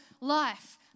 life